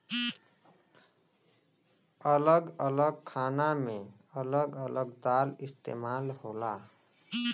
अलग अलग खाना मे अलग अलग दाल इस्तेमाल होला